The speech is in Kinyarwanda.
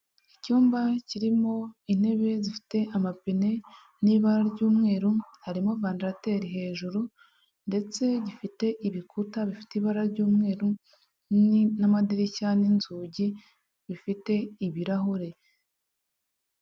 Icyumba kirimo intebe zifite amapine n'ibara ry'umweru, harimo vandarateri hejuru ndetse gifite ibikuta bifite ibara ry'umweru, n'amadirishya n'inzugi bifite ibirahure.